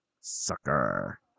Sucker